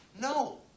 No